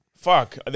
Fuck